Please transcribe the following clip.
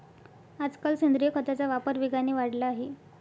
आजकाल सेंद्रिय खताचा वापर वेगाने वाढला आहे